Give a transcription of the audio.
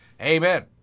Amen